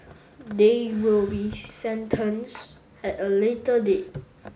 they will be sentence at a later date